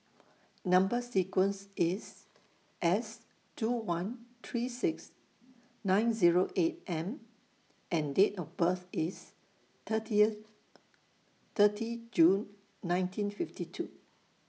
Number sequence IS S two one three six nine Zero eight M and Date of birth IS thirtieth thirty June nineteen fifty two